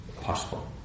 possible